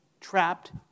trapped